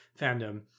fandom